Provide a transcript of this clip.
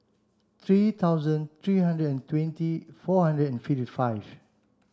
three thousand three hundred and twenty four hundred and fift five